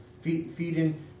feeding